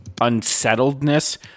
unsettledness